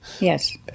Yes